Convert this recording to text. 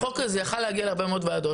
החוק הזה היה יכול להגיע להרבה מאוד ועדות,